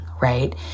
right